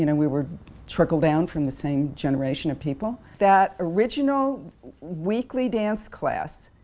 you know we were trickled down from the same generation of people. that original weekly dance class,